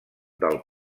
del